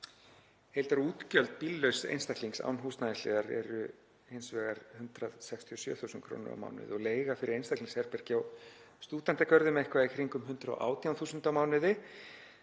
Heildarútgjöld bíllauss einstaklings án húsnæðisliðar eru hins vegar 167.000 kr. á mánuði og leiga fyrir einstaklingsherbergi á stúdentagörðum eitthvað í kringum 118.000 á mánuði.